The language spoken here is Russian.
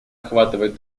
охватывать